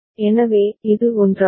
எனவே இது ஒன்றாகும்